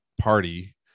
party